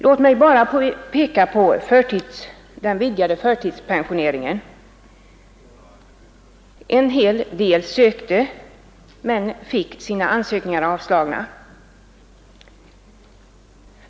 Låt mig bara peka på frågan om den vidgade förtidspensioneringen. En hel del människor sökte men fick sina ansökningar avslagna.